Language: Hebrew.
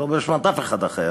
ולא באשמת אף אחד אחר,